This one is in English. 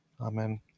Amen